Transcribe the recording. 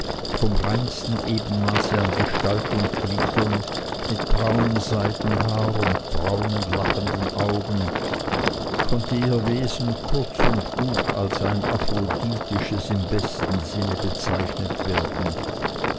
vom reinsten ebenmaß an gestalt und gliedern mit braunem seidenhaar und braunen lachenden augen konnte ihr wesen kurz und gut als ein aphrodisisches im besten sinne bezeichnet werden